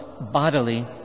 bodily